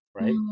right